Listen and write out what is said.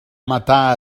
matar